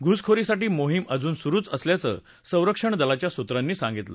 घुसखोरीविरोधी मोहीम अजून सुरुच असल्याचं संरक्षण दलाच्या सूत्रांनी सांगितलं